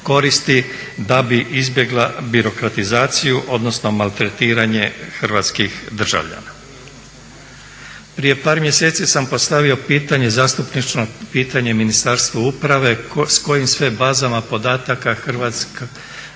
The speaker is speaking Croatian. da bi izbjegla birokratizaciju odnosno maltretiranje hrvatskih državljana. Prije par mjeseci sam postavio zastupničko pitanje Ministarstvu uprave s kojim sve bazama podataka Hrvatska država